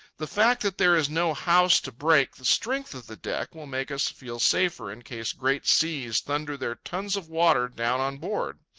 the fact that there is no house to break the strength of the deck will make us feel safer in case great seas thunder their tons of water down on board.